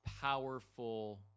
powerful